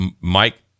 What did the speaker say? Mike